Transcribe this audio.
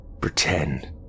pretend